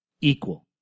equal